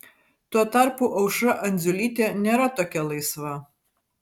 tuo tarpu aušra andziulytė nėra tokia laisva